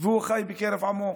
והוא חי בקרב עמו.